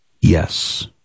yes